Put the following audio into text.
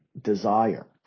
desire